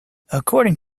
according